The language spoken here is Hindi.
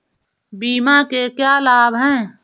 बीमा के लाभ क्या हैं?